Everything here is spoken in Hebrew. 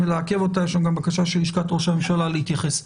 יש לנו גם בקשה של לשכת ראש הממשלה להתייחס.